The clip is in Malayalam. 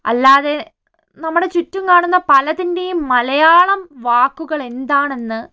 അല്ലാതെ നമ്മുടെ ചുറ്റും കാണുന്ന പലതിൻ്റെയും മലയാളം വാക്കുകളെന്താണെന്നു